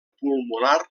pulmonar